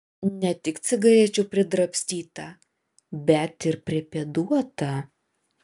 ne tik cigarečių pridrabstyta bet ir pripėduota